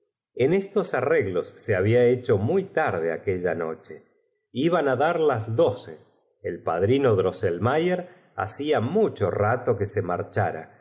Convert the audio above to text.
n estos arreglos se había hecho muy cosas mara vi llosas tarde aquella noche iban á dar las doce no sé amiguitos mios si recordaréis e padrino drossolmayer bacía mucho que os he hablado de cierto gran armario rato que se marchara